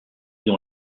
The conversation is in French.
dans